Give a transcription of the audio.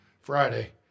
Friday